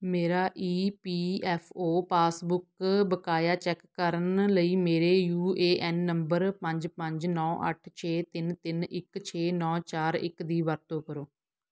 ਮੇਰਾ E P F O passbook ਬਕਾਇਆ check ਕਰਨ ਲਈ ਮੇਰੇ ਯੂ ਏ ਐੱਨ ਨੰਬਰ ਪੰਜ ਪੰਜ ਨੌ ਅੱਠ ਛੇ ਤਿੰਨ ਤਿੰਨ ਇੱਕ ਛੇ ਨੌ ਚਾਰ ਇੱਕ ਦੀ ਵਰਤੋਂ ਕਰੋ